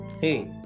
hey